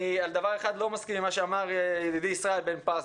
אני על דבר אחד לא מסכים עם מה שאמר ידידי ישראל בן פזי.